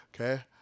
okay